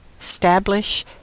establish